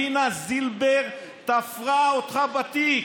דינה זילבר תפרה אותך בתיק,